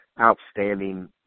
outstanding